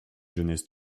jeunesse